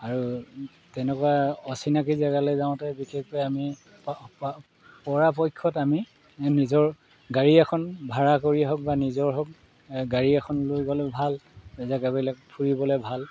আৰু তেনেকুৱা অচিনাকি জেগালৈ যাওঁতে বিশেষকৈ আমি পৰাপক্ষত আমি নিজৰ গাড়ী এখন ভাড়া কৰি হওক বা নিজৰ হওক গাড়ী এখন লৈ গ'লে ভাল জেগাবিলাক ফুৰিবলৈ ভাল